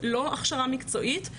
הוא איך מתמודדים עם אפשרות כזאת.